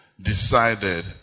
decided